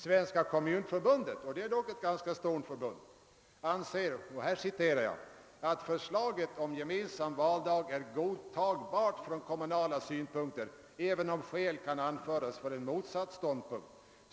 Svenska kommunförbundet anser »att förslaget om gemensam valdag är godtagbart från kommunala synpunkter även om skäl kan anföras för en motsatt ståndpunkt.